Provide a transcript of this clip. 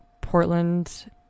Portland